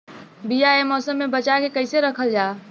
बीया ए मौसम में बचा के कइसे रखल जा?